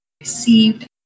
received